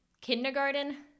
kindergarten